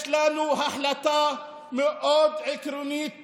יש לנו החלטה מאוד עקרונית בנגב.